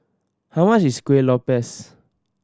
how much is Kueh Lopes